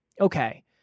Okay